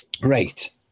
Great